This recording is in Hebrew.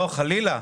לא, חלילה.